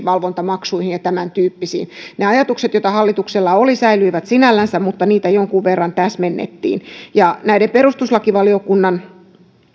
valvontamaksuja ja tämän tyyppisiä ne ajatukset joita hallituksella oli säilyivät sinällänsä mutta niitä jonkun verran täsmennettiin näiden perustuslakivaliokunnan